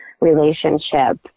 relationship